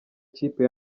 kipe